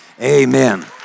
Amen